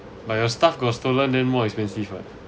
but your stuff got stolen then more expensive what